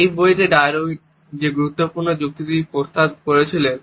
এই বইতে ডারউইন যে গুরুত্বপূর্ণ যুক্তিটি প্রস্তাব করেছিলেন